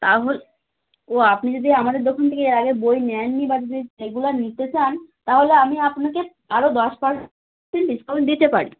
তাহলে ও আপনি যদি আমাদের দোকান থেকে এর আগে বই নেননি বা রেগুলার নিতে চান তাহলে আমি আপনাকে আরও দশ পার্সেন্ট ডিসকাউন্ট দিতে পারি